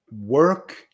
work